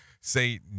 say